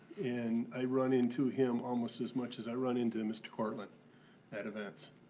and i run into him almost as much as i run into mr. kortlandt at events.